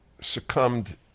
succumbed